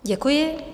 Děkuji.